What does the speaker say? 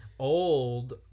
Old